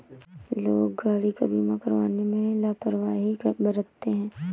लोग गाड़ी का बीमा करवाने में लापरवाही बरतते हैं